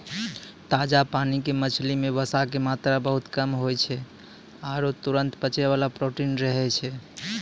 ताजा पानी के मछली मॅ वसा के मात्रा बहुत कम होय छै आरो तुरत पचै वाला प्रोटीन रहै छै